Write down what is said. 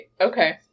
Okay